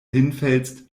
hinfällst